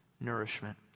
nourishment